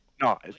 No